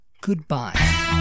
goodbye